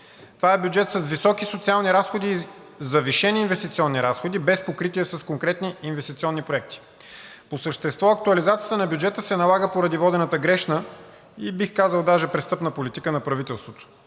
Това е бюджет с високи социални разходи, завишени инвестиционни разходи, без покритие с конкретни инвестиционни проекти. По същество актуализацията на бюджета се налага поради водената грешна и, бих казал, даже престъпна политика на правителството.